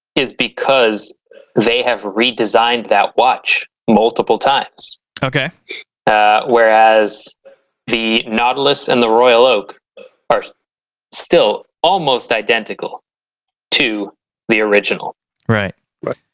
is because they have redesigned that watch multiple times okay whereas the nautilus and the royal oak are still almost identical to the original right right